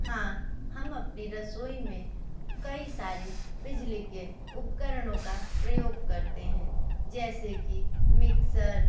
हाँ हम अपनी रसोई में कई सारे बिजली के उपकरणों का प्रयोग करते हैं जैसे की मिक्सर